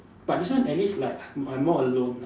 but this one at least like m~ I more alone